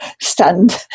stunned